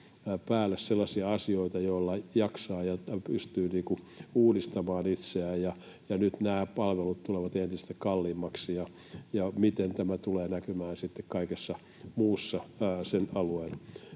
päälle sellaisia asioita, joilla jaksaa ja pystyy uudistamaan itseään, niin nyt nämä palvelut tulevat entistä kalliimmiksi, ja tämä tulee näkymään sitten kaikessa muussa sen alueen